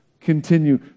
continue